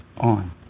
on